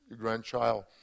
grandchild